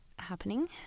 happening